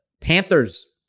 Panthers